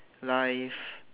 life